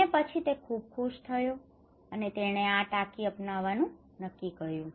અને પછી તે ખૂબ જ ખુશ થયો અને તેણે આ ટાંકી અપનવવાનું નક્કી કર્યું